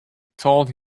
told